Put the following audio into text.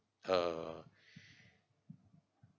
uh